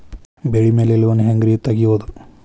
ಬೆಳಿ ಮ್ಯಾಲೆ ಲೋನ್ ಹ್ಯಾಂಗ್ ರಿ ತೆಗಿಯೋದ?